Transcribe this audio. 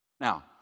Now